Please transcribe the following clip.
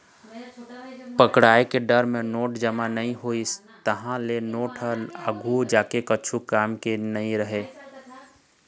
पकड़ाय के डर म नोट जमा नइ होइस, तहाँ ले नोट ह आघु जाके कछु काम के नइ रहय